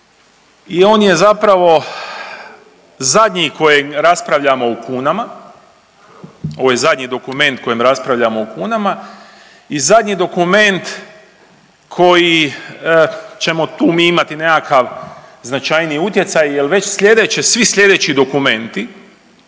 i on je zapravo zadnji kojeg raspravljamo u kunama, ovo je zadnji dokument kojem raspravljamo u kunama i zadnji dokument koji ćemo tu mi imati nekakav značajniji utjecaj jer već sljedeće, svi sljedeći dokumenti